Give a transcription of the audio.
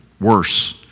worse